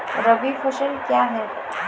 रबी फसल क्या हैं?